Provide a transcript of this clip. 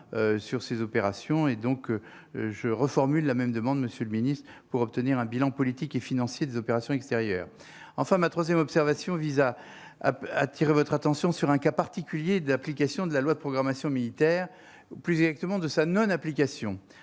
sur ces opérations et donc je reformule la même demande, Monsieur le Ministre, pour obtenir un bilan politique et financier des opérations extérieures, enfin ma 3ème observation VISA à peu attirer votre attention sur un cas particulier d'application de la loi de programmation militaire plus directement de sa non-application,